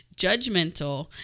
judgmental